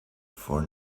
for